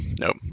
nope